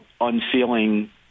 unsealing